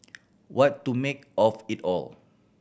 what to make of it all